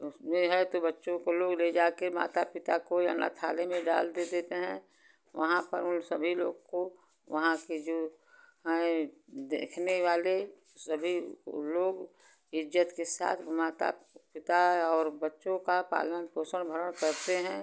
उसमें है तो बच्चों को लोग ले जाके माता पिता कोई अनाथालय में डाल भी देते हैं वहाँ पर उन सभी लोग को वहाँ के जो हैं देखने वाले सभी ओ लोग इज्जत के साथ माता पिता और बच्चों का पालन पोषण भरण करते हैं